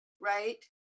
right